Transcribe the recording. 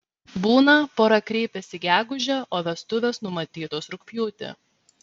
būna pora kreipiasi gegužę o vestuvės numatytos rugpjūtį